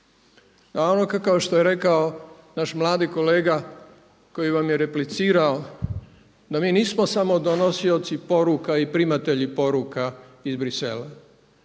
A ono kao što je rekao naš mladi kolega koji vam je replicirao da mi nismo samo donosioci poruka i primatelji poruka iz Brisela